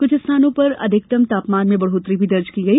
कुछ स्थानों पर अधिकतम तापमान में बढ़ोत्तरी भी दर्ज की गई